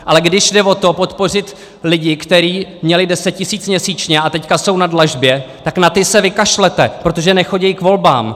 Ale když jde o to, podpořit lidi, kteří měli 10 tisíc měsíčně a teď jsou na dlažbě, tak na ty se vykašlete, protože nechodí k volbám!